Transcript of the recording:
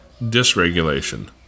dysregulation